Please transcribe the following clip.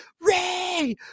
ray